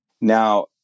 Now